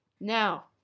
Now